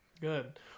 Good